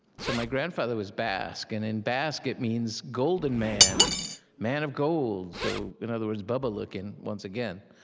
so my grandfather was basque, and in basque, it means golden man man of gold. so in other words, bubba looking, once again.